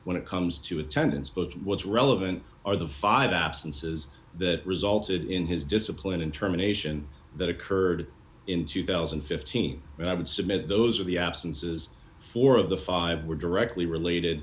when it comes to attendance both what's relevant are the five absences that resulted in his discipline and terminations that occurred in two thousand and fifteen and i would submit those are the absences four of the five were directly related